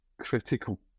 critical